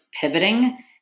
pivoting